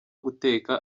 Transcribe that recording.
guteka